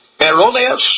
erroneous